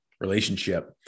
relationship